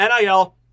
NIL